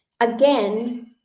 Again